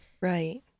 Right